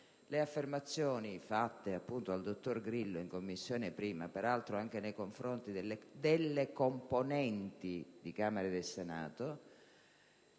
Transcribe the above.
le affermazioni fatte dal dottor Grillo in 1a Commissione, peraltro anche nei confronti delle componenti di Camera e Senato,